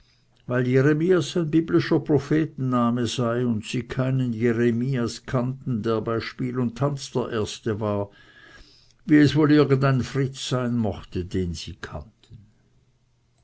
weil jeremias ein biblischer prophetenname sei und sie keinen jeremias kannten der bei spiel und tanz der erste war wie es wohl irgendein fritz sein mochte den sie kannten